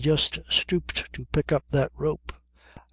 just stooped to pick up that rope